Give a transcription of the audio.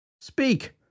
Speak